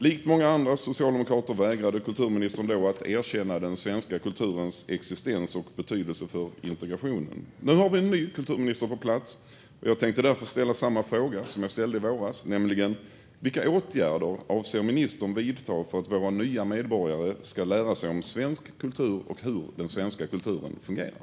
Likt många andra socialdemokrater vägrade kulturministern då att erkänna den svenska kulturens existens och betydelse för integrationen. Nu har vi en ny kulturminister på plats, och jag tänkte därför ställa samma fråga som jag ställde i våras, nämligen: Vilka åtgärder avser ministern att vidta för att våra nya medborgare ska lära sig om svensk kultur och hur den svenska kulturen fungerar?